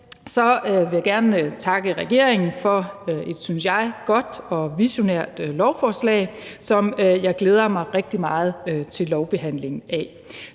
alt vil jeg gerne takke regeringen for et – synes jeg – godt og visionært lovforslag, som jeg glæder mig rigtig meget til lovbehandlingen af.